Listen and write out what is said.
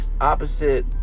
opposite